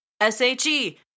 S-H-E